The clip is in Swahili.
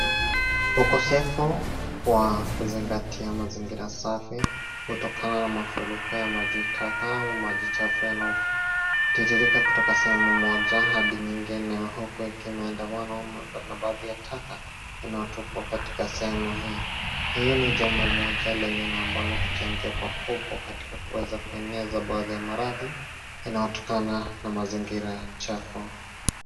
Ukosefu wa kuzingatia mazingira safi kutokana na mafuriko ya majitaka au maji chafu yanayotiririka kutoka sehemu moja hadi nyingine huku ikiwa imeandamanwa na baadhi ya taka inayotupwa katika sehemu hii. Hii ni jambo moja lenye na ambalo huchangia pakubwa katika kueza kueneza baadhi ya maradhi yanayotokana na mazingira chafu.